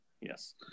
Yes